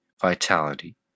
vitality